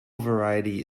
variety